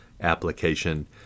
application